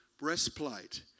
breastplate